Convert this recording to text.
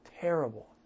terrible